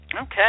okay